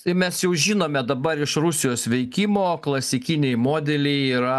tai mes jau žinome dabar iš rusijos veikimo klasikiniai modeliai yra